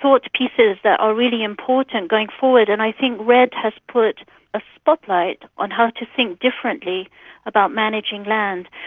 thought pieces that are really important going forward, and i think redd has put a spotlight on how to think differently about managing land.